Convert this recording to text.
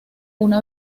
una